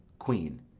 queen.